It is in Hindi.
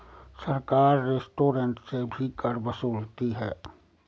सरकार रेस्टोरेंट से भी कर वसूलती है